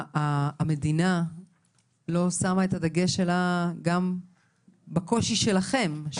המדינה לא שמה את הדגש שלה גם בקושי שלכם,